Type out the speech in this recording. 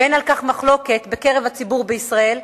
ואין על כך מחלוקת בקרב הציבור בישראל.